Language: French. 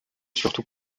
surtout